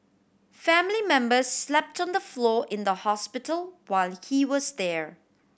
family member slept on the floor in the hospital while he was there